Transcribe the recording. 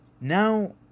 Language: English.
Now